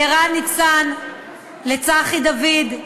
לערן ניצן, לצחי דוד,